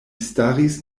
staris